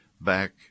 back